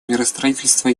миростроительства